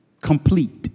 complete